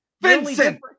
vincent